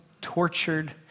tortured